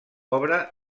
obra